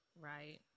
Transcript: Right